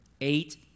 eight